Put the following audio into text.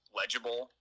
legible